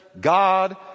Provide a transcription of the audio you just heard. God